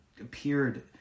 appeared